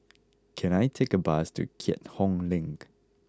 can I take a bus to Keat Hong Link